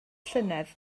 llynedd